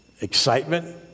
excitement